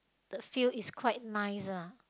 the feel is quite nice lah